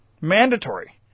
mandatory